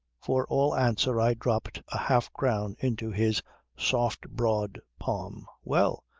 for all answer i dropped a half-crown into his soft broad palm. well,